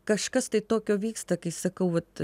kažkas tai tokio vyksta kai sakau vat